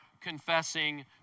confessing